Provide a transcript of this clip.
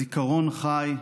הזיכרון חי,